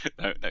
no